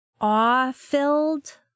awe-filled